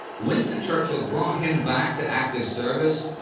winston churchill brought him back to active service,